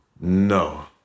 No